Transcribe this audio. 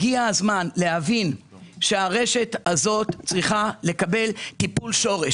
הגיע הזמן להבין שהרשת הזאת צריכה לקבל טיפול שורש.